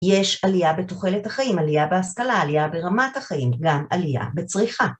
יש עלייה בתוחלת החיים, עלייה בהשכלה, עלייה ברמת החיים, גם עלייה בצריכה.